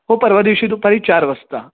हो परवा दिवशी दुपारी चार वाजता